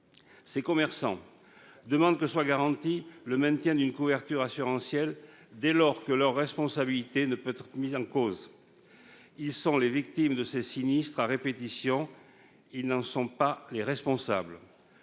Ces commerçants demandent que soit garanti le maintien d'une couverture assurantielle dès lors que leur responsabilité ne peut être mise en cause. Ils sont les victimes de ces sinistres à répétition ; ils n'en sont pas les responsables.